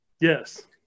Yes